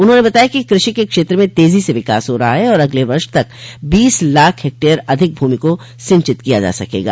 उन्होंने बताया कि कृषि के क्षेत्र में तेजी से विकास हो रहा है और अगले वर्ष तक बीस लाख हेक्टेयर अधिक भूमि को सिंचित किया जा सकेगा